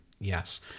Yes